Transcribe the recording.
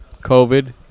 COVID